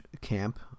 camp